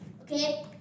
okay